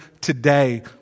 today